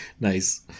Nice